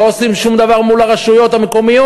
לא עושים שום דבר מול הרשויות המקומיות,